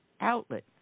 outlet